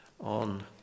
on